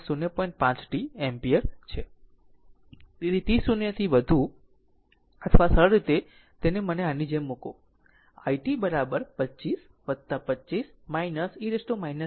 5 t ampere જે માટે છે t 0 થી વધુ અથવા સરળ રીતે તેને આની જેમ મૂકો i t 25 25 e t 0